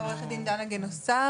עורכת הדין דנה גינוסר,